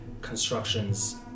constructions